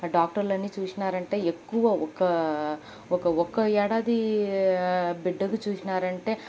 డాక్టర్లని చూశారంటే ఎక్కువ ఒక ఒక ఒక్క ఏడాదీ బిడ్డకు చూశారంటే